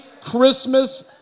Christmas